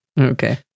Okay